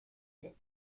wird